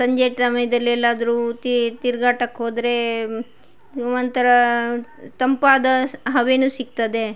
ಸಂಜೆ ಸಮಯದಲ್ಲೆಲ್ಲಾದ್ರು ತಿರ್ಗಾಟಕ್ಕೆ ಹೋದರೆ ಒಂಥರ ತಂಪಾದ ಹವೆನೂ ಸಿಗ್ತದೆ